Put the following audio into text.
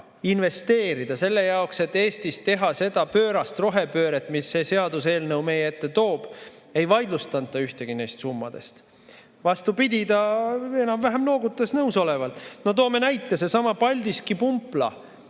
vaja investeerida selle jaoks, et Eestis teha seda pöörast rohepööret, mille see seaduseelnõu meie ette toob, ei vaidlustanud ta ühtegi neist summadest. Vastupidi, ta enam-vähem noogutas nõusolevalt. Toome näite. Seesama Paldiski pumpla,